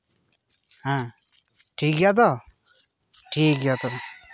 ᱦᱮᱸ ᱴᱷᱤᱠ ᱜᱮᱭᱟ ᱛᱚ ᱴᱷᱤᱠ ᱜᱮᱭᱟ ᱛᱟᱦᱞᱮ